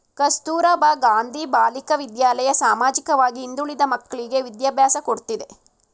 ಕಸ್ತೂರಬಾ ಗಾಂಧಿ ಬಾಲಿಕಾ ವಿದ್ಯಾಲಯ ಸಾಮಾಜಿಕವಾಗಿ ಹಿಂದುಳಿದ ಮಕ್ಕಳ್ಳಿಗೆ ವಿದ್ಯಾಭ್ಯಾಸ ಕೊಡ್ತಿದೆ